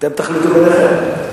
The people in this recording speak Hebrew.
אתם תחליטו ביניכם.